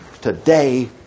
today